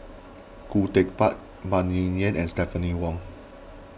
Khoo Teck Puat Phan Ming Yen and Stephanie Wong